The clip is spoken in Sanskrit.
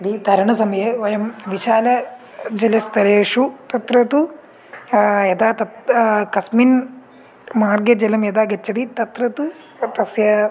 नदीतरणसमये वयं विशाल जलस्तलेषु तत्र तु यदा तत् कस्मिन् मार्गे जलं यदा गच्छति तत्र तु तस्य